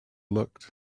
looked